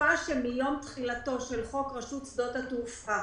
בתקופה שמיום תחילתו של חוק רשות שדות התעופה